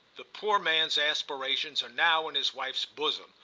the poor man's aspirations are now in his wife's bosom,